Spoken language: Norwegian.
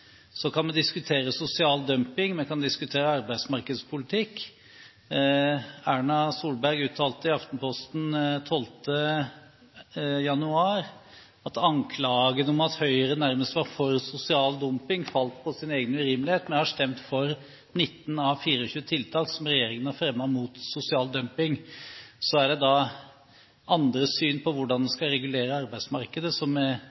Så kan vi diskutere sosial dumping. Vi kan diskutere arbeidsmarkedspolitikk. Erna Solberg uttalte i Aftenposten den 12. januar at anklagene om at Høyre nærmest var for sosial dumping, falt på sin egen urimelighet. Vi har stemt for 19 av 24 tiltak som regjeringen har fremmet mot sosial dumping. Så er det andre syn på hvordan vi skal regulere arbeidsmarkedet som